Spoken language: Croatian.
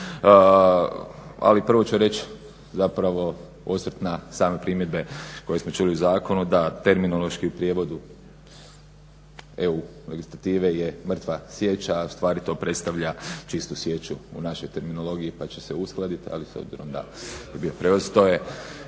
Ali prvo ću reći zapravo osvrt na same primjedbe koje smo čuli u zakonu da terminološki u prijevodu EU legislative je mrtva sjeća, a u stvari to predstavlja čistu sječu u našoj terminologiji pa će se uskladiti, ali s obzirom